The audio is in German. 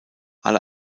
alle